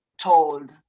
told